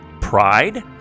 pride